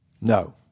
No